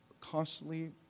constantly